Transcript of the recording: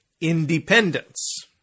independence